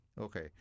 Okay